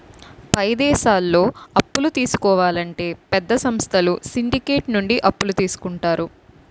పై దేశాల్లో అప్పులు తీసుకోవాలంటే పెద్ద సంస్థలు సిండికేట్ నుండి అప్పులు తీసుకుంటారు